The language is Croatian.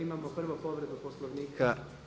Imamo prvo povredu Poslovnika.